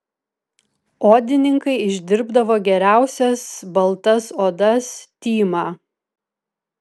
odininkai išdirbdavo geriausias baltas odas tymą